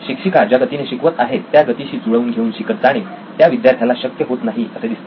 शिक्षिका ज्या गतीने शिकवत आहेत त्या गतिशी जुळवून घेऊन शिकत जाणे त्या विद्यार्थ्याला शक्य होत नाही असे दिसते